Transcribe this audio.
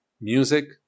music